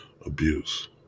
abuse